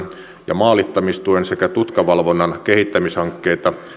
ja maalittamistuen sekä tutkavalvonnan kehittämishankkeita